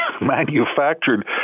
manufactured